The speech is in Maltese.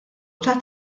tat